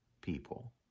people